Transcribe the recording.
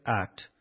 act